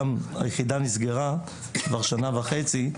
גם היחידה נסגרה לפני שנה וחצי,